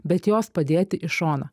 bet juos padėti į šoną